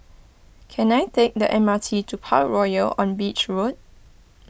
can I take the M R T to Parkroyal on Beach Road